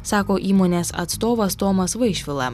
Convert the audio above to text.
sako įmonės atstovas tomas vaišvila